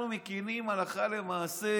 אנחנו מקימים הלכה למעשה